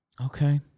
Okay